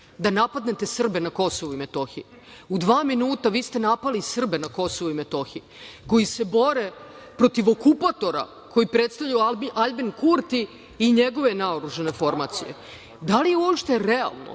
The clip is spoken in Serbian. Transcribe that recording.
da napadnete Srbe na Kosovu i Metohiji. U dva minuta vi ste napali Srbe na Kosovu i Metohiji, koji se bore protiv okupatora, koji predstavlja Aljbin Kurti i njegove naoružane formacije. Da li je uopšte realno